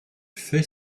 fait